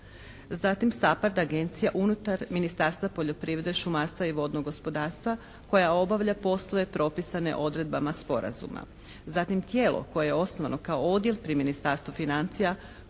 Zatim SAPARD agencija unutar Ministarstva poljoprivrede, šumarstva i vodnog gospodarstva koja obavlja poslove propisane odredbama Sporazuma. Zatim tijelo koje je osnovano kao odjel pri Ministarstvu financija